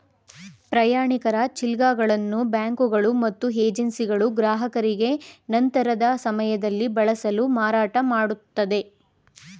ಪ್ರಯಾಣಿಕರ ಚಿಕ್ಗಳನ್ನು ಬ್ಯಾಂಕುಗಳು ಮತ್ತು ಏಜೆನ್ಸಿಗಳು ಗ್ರಾಹಕರಿಗೆ ನಂತರದ ಸಮಯದಲ್ಲಿ ಬಳಸಲು ಮಾರಾಟಮಾಡುತ್ತದೆ